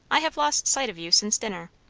i have lost sight of you since dinner.